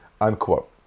unquote